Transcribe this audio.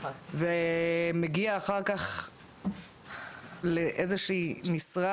ומגיע אחר כך לאיזושהי משרה,